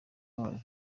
wayo